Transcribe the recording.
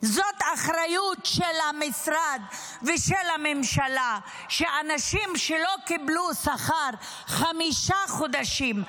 זו אחריות של המשרד ושל הממשלה לכך שאנשים שלא קיבלו שכר חמישה חודשים,